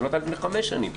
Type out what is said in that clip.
ולא הייתה לפני חמש שנים.